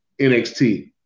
NXT